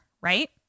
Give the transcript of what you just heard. right